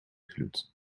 gloed